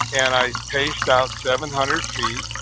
and i paced out seven hundred feet.